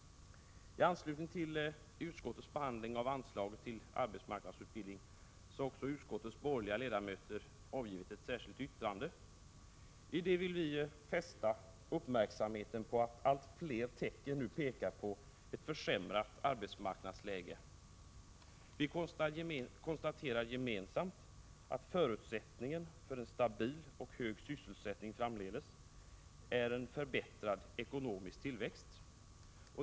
I anslutning till utskottets behandling av anslaget till arbetsmarknadsutbildning har utskottets borgerliga ledamöter avgivit ett särskilt yttrande. I det vill vi fästa uppmärksamheten på att allt fler tecken nu pekar på ett försämrat arbetsmarknadsläge. Vi konstaterar gemensamt att förutsättningen för en stabil och hög sysselsättning framdeles är en förbättrad ekonomisk tilväxt.